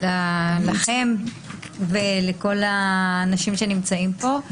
לכם ולכל האנשים שנמצאים פה.